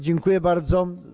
Dziękuję bardzo.